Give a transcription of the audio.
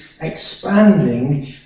expanding